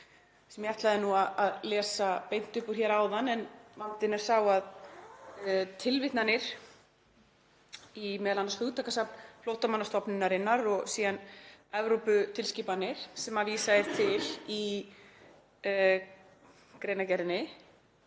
sem ég ætlaði nú að lesa beint upp úr hér áðan, en vandinn er sá að tilvitnanir í m.a. hugtakasafn Flóttamannastofnunar og síðan Evróputilskipanir sem vísað er til í greinargerðinni